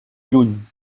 lluny